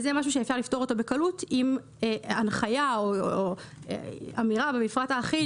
זה דבר שאפשר לפתור בקלות עם הנחיה או אמירה במפרט האחיד.